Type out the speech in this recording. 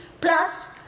plus